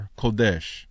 kodesh